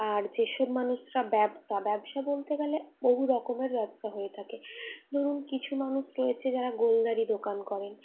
আর যে সব মানুষরা ব্যবসা ব্যবসা বলতে গেলে বহু রকমের ব্যবসা হয়ে থাকে ধরুন কিছু মানুষ রয়েছেন যারা গোলদারি দোকান করেন